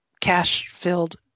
cash-filled